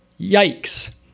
Yikes